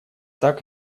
так